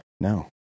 no